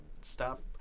stop